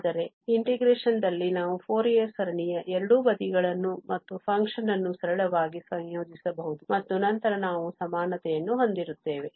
ಆದರೆ integration ದಲ್ಲಿ ನಾವು ಫೋರಿಯರ್ ಸರಣಿಯ ಎರಡೂ ಬದಿಗಳನ್ನು ಮತ್ತು function ನ್ನು ಸರಳವಾಗಿ ಸಂಯೋಜಿಸಬಹುದು ಮತ್ತು ನಂತರ ನಾವು ಸಮಾನತೆಯನ್ನು ಹೊಂದಿರುತ್ತೇವೆ